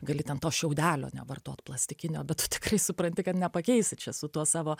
gali ten to šiaudelio nevartot plastikinio bet tu tikrai supranti kad nepakeisi čia su tuo savo